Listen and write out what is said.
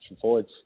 forwards